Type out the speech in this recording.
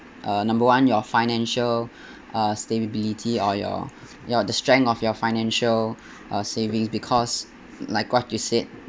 uh number one your financial uh stability or your your the strength of your financial uh stability because like what you said